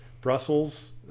brussels